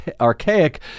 archaic